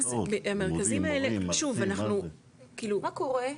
יש לו הוצאות, לימודים, מה זה -- מה קורה?